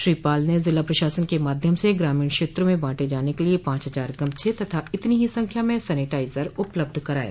श्री पाल ने जिला प्रशासन के माध्यम से ग्रामीण क्षेत्रों में बांटे जाने के लिये पांच हजार गमछे तथा इतनी ही संख्या में सैनिटाइजर उपलब्ध कराये